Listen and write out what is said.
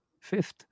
fifth